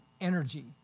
energy